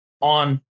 on